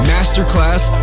Masterclass